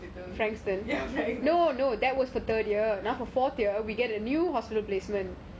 ya